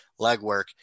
legwork